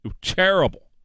terrible